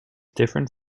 different